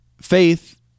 faith